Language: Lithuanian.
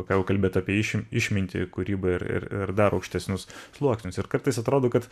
ką jau kalbėt apie išim išmintį kūrybą ir ir ir dar aukštesnius sluoksnius ir kartais atrodo kad